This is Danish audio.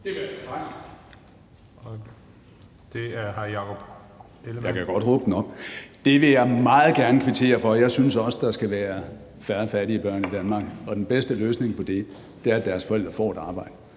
Det vil jeg meget gerne kvittere for. Jeg synes også, at der skal være færre fattige børn i Danmark, og den bedste måde at få det på er, ved at deres forældre får et arbejde,